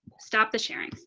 stop the sharing.